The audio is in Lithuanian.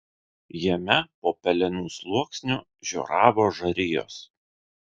jame po pelenų sluoksniu žioravo žarijos